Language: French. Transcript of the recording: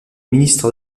ministre